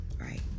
Right